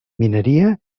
mineria